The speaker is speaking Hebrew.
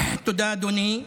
תודה, אדוני.